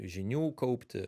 žinių kaupti